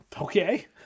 Okay